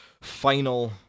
final